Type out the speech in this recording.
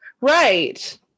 right